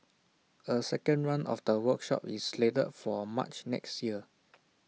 A second run of the workshop is slated for March next year